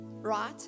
right